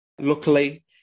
luckily